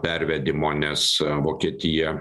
pervedimo nes vokietija